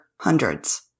hundreds